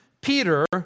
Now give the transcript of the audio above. Peter